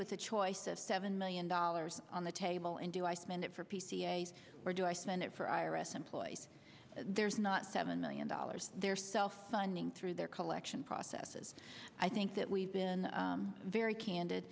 with a choice of seven million dollars on the table and do i spend it for p c s or do i spend it for iris employees there's not seven million dollars they're self funding through their collection process and i think that we've been very candid